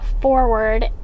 forward